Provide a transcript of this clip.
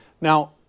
Now